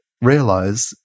realize